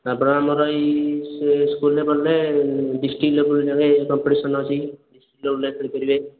ଆପଣ ଆମ ପାଇଁ ସେ ସ୍କୁଲ୍ରେ ପଢ଼ିଲେ ଡିଷ୍ଟ୍ରିକ୍ଟ ଲେବଲ୍ରେ କମ୍ପିଟିସନ୍ ଅଛି ଡିଷ୍ଟ୍ରିକ୍ଟ ଲେବଲ୍ରେ ଖେଳିପାରିବେ